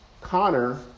Connor